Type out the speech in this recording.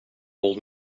old